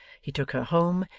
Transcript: he took her home,